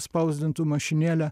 spausdintų mašinėle